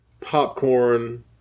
popcorn